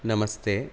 नमस्ते